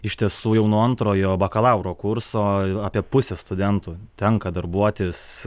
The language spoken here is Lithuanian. iš tiesų jau nuo antrojo bakalauro kurso apie pusę studentų tenka darbuotis